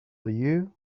you